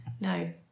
no